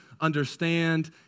understand